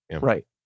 Right